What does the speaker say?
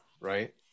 right